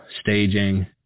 staging